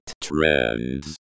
trends